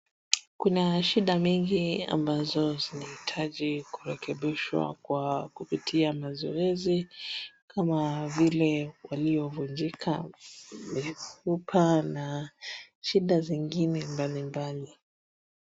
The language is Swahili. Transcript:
Kuna shida mengi ambazo zinahitaji kurekebishwa kwa kupitia mazoezi kama vile waliovunjika mifupa na shida zingine mbalimbali.